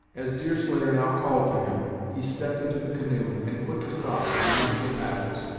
as deerslayer now called to him, he stepped into the canoe, and quick as thought removed the paddles.